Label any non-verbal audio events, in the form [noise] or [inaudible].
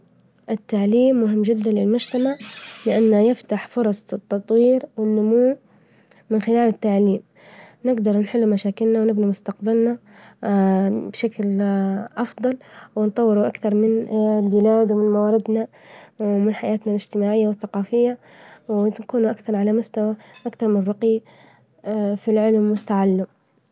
التعليم مهم جدا للمجتمع، لأنه يفتح فرص التطوير، والنمو، من خلال التعليم نجدر نحل مشاكلنا، ونبني مستقبلنا [hesitation] بشكل [hesitation] أفظل، ونطوره أكثر من [hesitation] البلاد ومن مواردنا ومن حياتنا الاجتماعية والثقافية، وتكونوا أكثر على مستوى أكثر من رقي [hesitation] في العلم والتعلم. [noise]